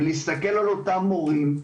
ולהסתכל על אותם מורים.